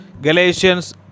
Galatians